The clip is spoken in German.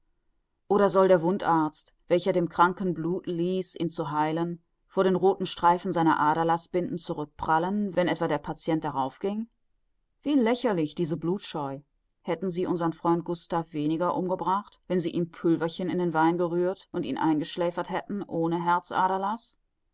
oder soll der wundarzt welcher dem kranken blut ließ ihn zu heilen vor den rothen streifen seiner aderlaßbinden zurückprallen wenn etwa der patient darauf ging wie lächerlich diese blutscheu hätten sie unsern freund gustav weniger umgebracht wenn sie ihm pülverchen in den wein gerührt und ihn eingeschläfert hätten ohne